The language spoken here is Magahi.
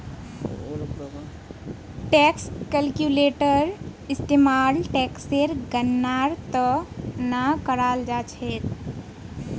टैक्स कैलक्यूलेटर इस्तेमाल टेक्सेर गणनार त न कराल जा छेक